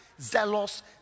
zealous